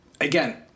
Again